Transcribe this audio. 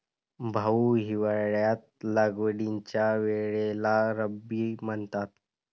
भाऊ, हिवाळ्यात लागवडीच्या वेळेला रब्बी म्हणतात